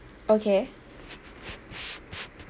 okay